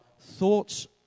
thoughts